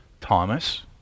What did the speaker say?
Thomas